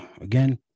again